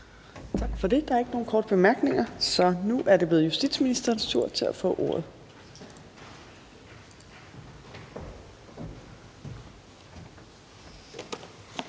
Tak for det. Der er ikke nogen korte bemærkninger, så nu er det blevet justitsministerens tur til at få ordet.